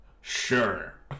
sure